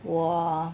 我